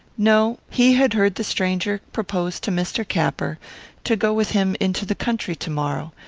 no he had heard the stranger propose to mr. capper to go with him into the country to-morrow,